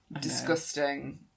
disgusting